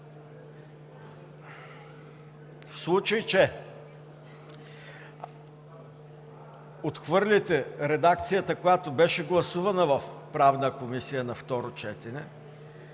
в случай че отхвърлите редакцията, която беше гласувана в Правната комисия на второ четене,